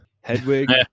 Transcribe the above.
Hedwig